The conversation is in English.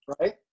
Right